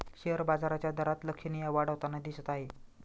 share बाजाराच्या दरात लक्षणीय वाढ होताना दिसत आहे